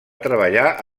treballar